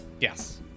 Yes